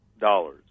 dollars